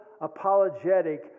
apologetic